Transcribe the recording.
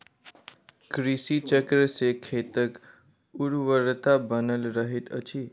कृषि चक्र सॅ खेतक उर्वरता बनल रहैत अछि